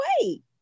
wait